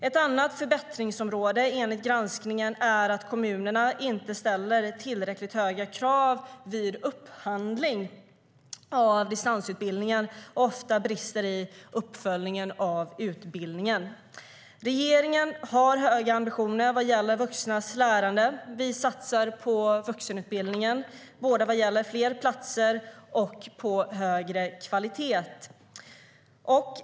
Ett annat förbättringsområde enligt granskningen är att kommunerna inte ställer tillräckligt höga krav vid upphandling av distansutbildning och att de ofta brister i uppföljningen av utbildningen. Regeringen har höga ambitioner vad det gäller vuxnas lärande. Vi satsar på vuxenutbildningen, både vad gäller fler platser och högre kvalitet.